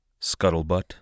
Scuttlebutt